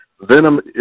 Venom